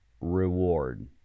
reward